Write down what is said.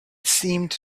seemed